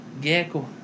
Gecko